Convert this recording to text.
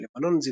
מושל לבנון,